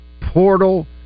portal